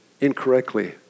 incorrectly